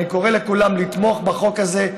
אני קורא לכולם לתמוך בחוק הזה,